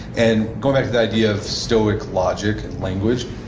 and going back to the idea of stoic logic and language,